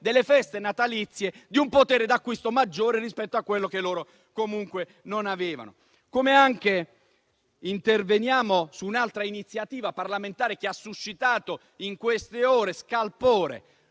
delle feste natalizie, di un potere d'acquisto maggiore rispetto a quello che avevano. Interveniamo altresì su un'altra iniziativa parlamentare che ha suscitato in queste ore scalpore.